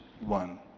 one